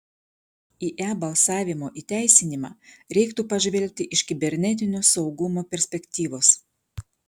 į e balsavimo įteisinimą reiktų pažvelgti iš kibernetinio saugumo perspektyvos